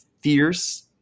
fierce